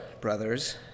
brothers